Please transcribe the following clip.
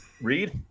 read